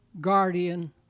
guardian